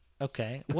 Okay